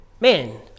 man